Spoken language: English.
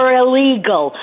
illegal